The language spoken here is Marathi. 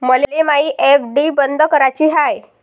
मले मायी एफ.डी बंद कराची हाय